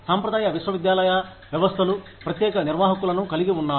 సాంప్రదాయ విశ్వవిద్యాలయ వ్యవస్థలు ప్రత్యేక నిర్వాహకులను కలిగి ఉన్నారు